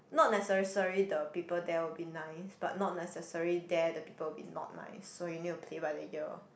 not necessary the people there will be nice but not necessary there the people will be not nice so you need to play by the ear